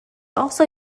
also